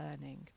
learning